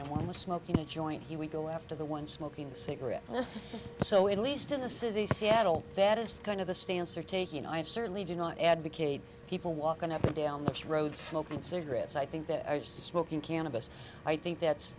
and one was smoking a joint he would go after the one smoking cigarette so at least in the city seattle that is kind of the stance are taking i have certainly do not advocate people walking up and down this road smoking cigarettes i think that i was smoking cannabis i think that's